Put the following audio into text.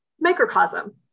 microcosm